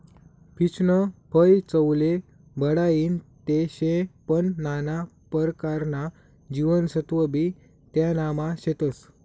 पीचनं फय चवले बढाईनं ते शे पन नाना परकारना जीवनसत्वबी त्यानामा शेतस